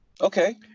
Okay